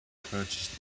purchased